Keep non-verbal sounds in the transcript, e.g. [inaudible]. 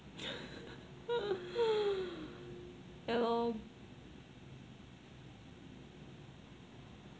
[laughs] ya lor